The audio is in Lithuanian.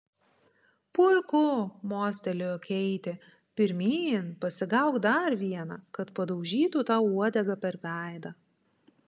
puiku mostelėjo keitė pirmyn pasigauk dar vieną kad padaužytų tau uodega per veidą